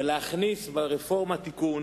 ולהכניס ברפורמה תיקון